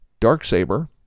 Darksaber